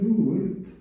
Lord